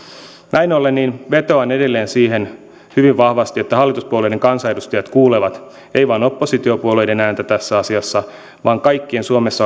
näin ollen vetoan edelleen hyvin vahvasti siihen että hallituspuolueiden kansanedustajat kuulevat ei vain oppositiopuolueiden ääntä tässä asiassa vaan kaikkien suomessa